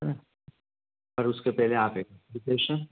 और उसके पहले आप एक एप्लीकेशन